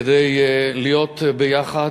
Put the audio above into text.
כדי להיות ביחד,